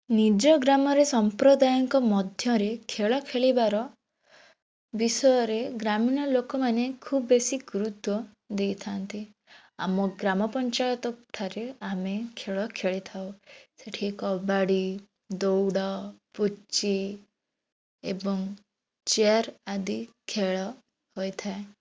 ନିଜ ଗ୍ରାମରେ ସମ୍ପ୍ରଦାୟଙ୍କ ମଧ୍ୟରେ ଖେଳ ଖେଳିବାର ବିଷୟରେ ଗ୍ରାମୀଣ ଲୋକମାନେ ଖୁବ୍ ବେଶୀ ଗୁରୁତ୍ୱ ଦେଇଥାନ୍ତି ଆମ ଗ୍ରାମପଞ୍ଚାୟତଠାରେ ଆମେ ଖେଳ ଖେଳିଥାଉ ସେଇଠି କବାଡ଼ି ଦୌଡ଼ ପୁଚି ଏବଂ ଚେୟାର୍ ଆଦି ଖେଳ ହୋଇଥାଏ